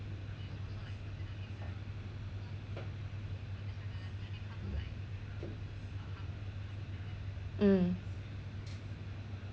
mm